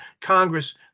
Congress